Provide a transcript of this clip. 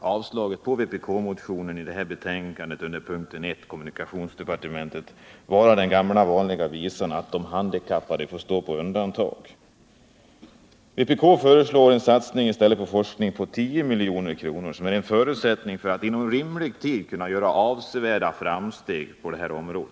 avstyrkandet av vpk-motionen i betänkandet under punkten 1, kommunikationsdepartementet, vara den gamla vanliga visan att de handikappade får stå på undantag. Vpk föreslår i stället en satsning på forskning för 10 milj.kr. —en förutsättning för att inom rimlig tid kunna göra avsevärda framsteg på detta område.